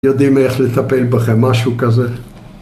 יודעים איך לטפל בכם, משהו כזה.